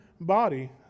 body